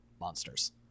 monsters